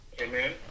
Amen